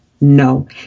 No